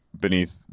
beneath